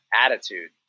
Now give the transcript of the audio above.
attitude